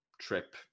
trip